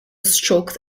stroked